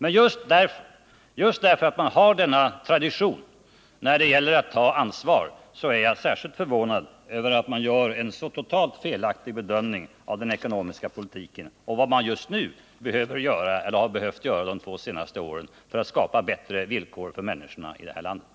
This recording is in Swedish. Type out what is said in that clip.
Men jag är särskilt förvånad över att man, när man har just denna tradition när det gäller att ta ansvar, gjort en så totalt felaktig bedömning av den ekonomiska politiken och av vad man har behövt göra de senaste två åren för att skapa bättre villkor för människorna i det här landet.